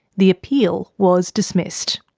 the appeal was dismissed.